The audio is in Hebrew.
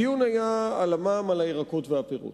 הדיון היה על המע"מ על הירקות והפירות.